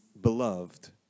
beloved